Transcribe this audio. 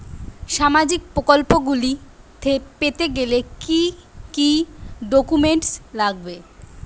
সামাজিক প্রকল্পগুলি পেতে গেলে কি কি ডকুমেন্টস লাগবে?